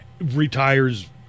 retires